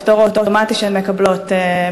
הפטור האוטומטי שהן מקבלות מהשירות.